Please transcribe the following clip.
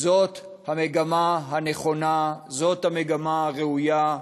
זאת המגמה הנכונה, זאת המגמה הראויה,